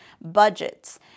Budgets